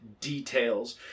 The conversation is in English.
details